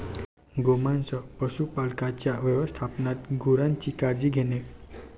गोमांस पशुपालकांच्या व्यवस्थापनात गुरांची काळजी घेणे